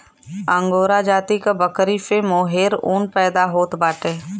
angora जाति क बकरी से मोहेर ऊन पैदा होत बाटे